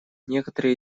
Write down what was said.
некоторые